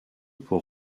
pour